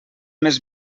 més